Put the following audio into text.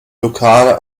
lokale